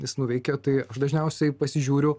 jis nuveikė tai dažniausiai pasižiūriu